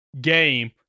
game